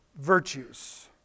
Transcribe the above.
virtues